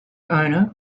owner